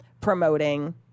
Promoting